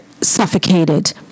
suffocated